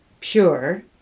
pure